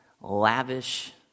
lavish